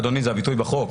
אדוני, זה הביטוי בחוק.